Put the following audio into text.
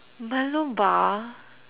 Milo bar